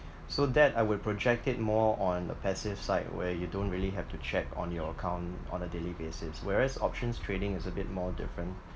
so that I will project it more on a passive side where you don't really have to check on your account on a daily basis whereas options trading is a bit more different